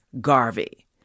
Garvey